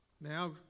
now